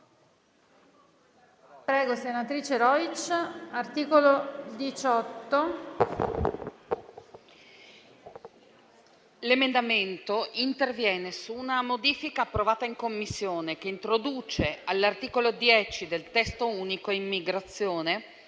l'emendamento 18.204 interviene su una modifica approvata in Commissione che introduce all'articolo 10 del testo unico sull'immigrazione